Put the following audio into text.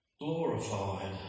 Glorified